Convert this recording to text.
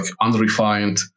unrefined